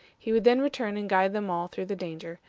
he would then return and guide them all through the danger,